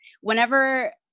whenever